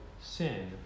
sin